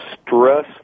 Stress